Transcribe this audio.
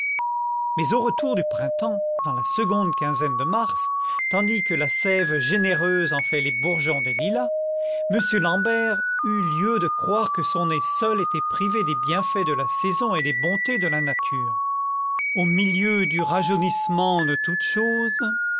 mais au retour du printemps dans la seconde quinzaine de mars tandis que la sève généreuse enflait les bourgeons des lilas m l'ambert eut lieu de croire que son nez seul était privé des bienfaits de la saison et des bontés de la nature au milieu du rajeunissement de toutes choses